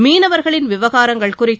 மீனவர்களின் விவகாரங்கள் குறித்து